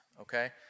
okay